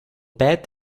pet